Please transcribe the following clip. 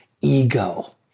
ego